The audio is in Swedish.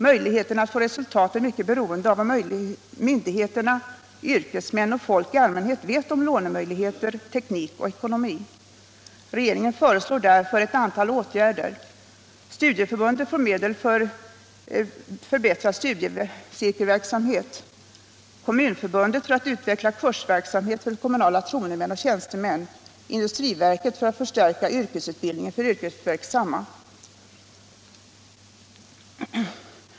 Möjligheterna att få resultat är mycket beroende av vad myndigheter, yrkesmän och folk i allmänhet vet om lånemöjligheter, teknik och ekonomi. Regeringen föreslår därför ett antal åtgärder. Studieförbunden får medel för en intensifierad studiecirkelverksamhet, Kommunförbundet för att utveckla kursverksamhet för kommunala förtroendemän och tjänstemän och industriverket för att förstärka yrkesutbildningen för de yrkesverksamma.